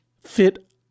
fit